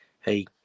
hey